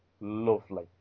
lovely